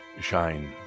shine